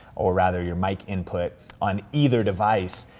or rather your mic input on either device,